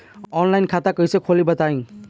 Online खाता कइसे खोली बताई?